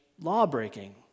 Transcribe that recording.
Lawbreaking